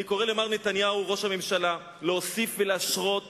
אני קורא למר נתניהו, ראש הממשלה, להוסיף ולהשרות